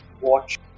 watch